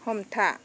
हमथा